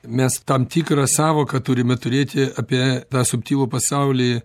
mes tam tikrą sąvoką turime turėti apie tą subtilų pasaulį